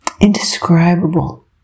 indescribable